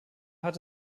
hat